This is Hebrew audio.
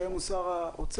שהיום הוא שר האוצר,